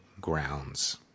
grounds